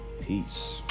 Peace